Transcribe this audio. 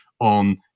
on